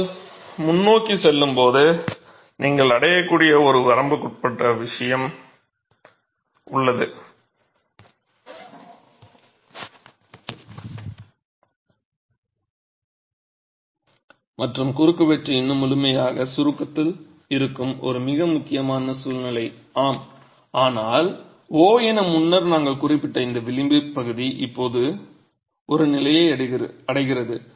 நீங்கள் முன்னோக்கிச் செல்லும்போது நீங்கள் அடையக்கூடிய ஒரு வரம்புக்குட்பட்ட விஷயம் உள்ளது மற்றும் குறுக்குவெட்டு இன்னும் முழுமையாக சுருக்கத்தில் இருக்கும் ஒரு மிக முக்கியமான சூழ்நிலை ஆம் ஆனால் O என முன்னர் நாங்கள் குறிப்பிட்ட இந்த விளிம்பு இப்போது ஒரு நிலையை அடைகிறது